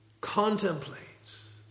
contemplates